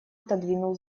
отодвинул